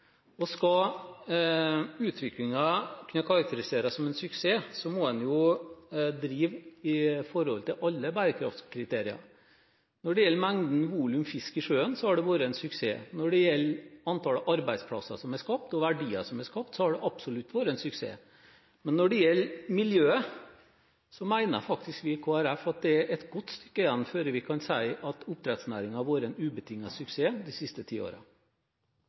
bærekraft. Skal utviklingen kunne karakteriseres som en suksess, må en jo drive i samsvar med alle bærekraftkriteriene. Når det gjelder mengden volum fisk i sjøen, har det vært en suksess. Når det gjelder antallet arbeidsplasser som er skapt og verdier som er skapt, har det absolutt vært en suksess. Men når det gjelder miljøet, mener faktisk vi i Kristelig Folkeparti at det er et godt stykke igjen før vi kan si at oppdrettsnæringen har vært en ubetinget suksess de siste ti